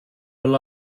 rely